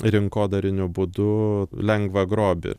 rinkodariniu būdu lengvą grobį